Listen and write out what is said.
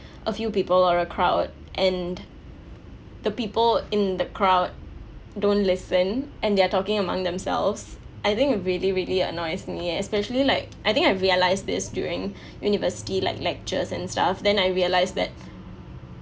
a few people or a crowd and the people in the crowd don't listen and they are talking among themselves I think really really annoys me especially like I think I realize this during university like lectures and stuff then I realize that